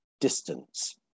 distance